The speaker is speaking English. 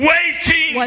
Waiting